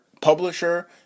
publisher